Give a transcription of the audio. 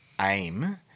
aim